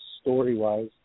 story-wise